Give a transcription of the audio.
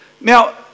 Now